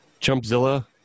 Chumpzilla